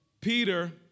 Peter